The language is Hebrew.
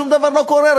שום דבר לא קורה,